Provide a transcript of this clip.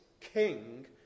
king